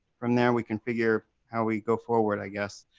from there, we can figure how we go forward, i guess.